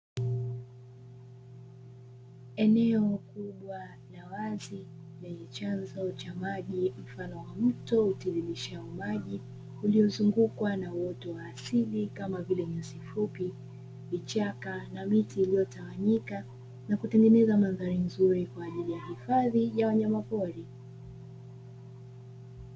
Eneo kubwa la wazi lenye chanzo cha maji mfano wa mto utiririshao maji uliozungukwa na uoto wa asili kama vile nyasi fupi ,vichaka na miti iliyotawanyika na kutengeneza madhari nzuri kwa ajili ya hifadhi ya wanyamapori